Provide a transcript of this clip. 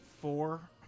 Four